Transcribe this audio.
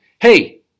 Hey